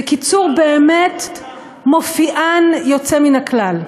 בקיצור, באמת מופיען יוצא מן הכלל.